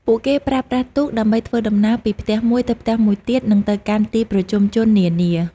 ពួកគេប្រើប្រាស់ទូកដើម្បីធ្វើដំណើរពីផ្ទះមួយទៅផ្ទះមួយទៀត និងទៅកាន់ទីប្រជុំជននានា។